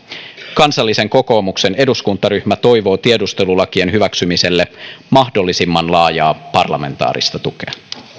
kansallisen kokoomuksen eduskuntaryhmä toivoo tiedustelulakien hyväksymiselle mahdollisimman laajaa parlamentaarista tukea